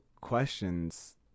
questions